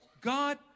God